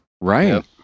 Right